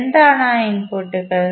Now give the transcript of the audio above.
എന്താണ് ആ ഇൻപുട്ടുകൾ